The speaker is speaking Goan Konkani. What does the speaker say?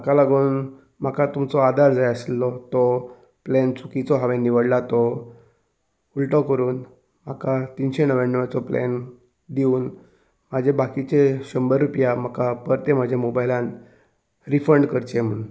ताका लागून म्हाका तुमचो आदार जाय आसिलो तो प्लॅन चुकिचो हांवें निवडला तो उल्टो करून म्हाका तिनशे णव्याणवाचो प्लॅन दिवन म्हाजे बाकिचे शंबर रुपया म्हाका परते म्हज्या मोबायलान रिफंड करचें म्हण